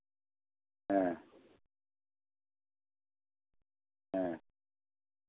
हाँ हाँ